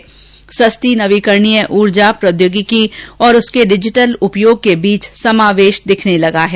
उन्होंने कहा कि सस्ती नवीकरणीय ऊर्जा प्रौद्योगिकी और उसके डिजिटल उपयोग के बीच समावेश दिखने लगा है